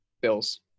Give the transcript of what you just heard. Bills